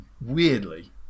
weirdly